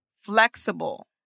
flexible